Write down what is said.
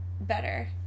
better